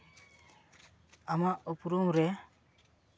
ᱟᱢᱟᱜ ᱩᱯᱨᱩᱢ ᱨᱮ